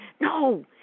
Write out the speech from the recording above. No